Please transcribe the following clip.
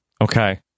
Okay